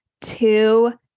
two